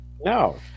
No